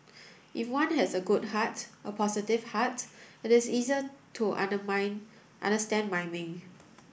if one has a good heart a positive heart it is easier to understand miming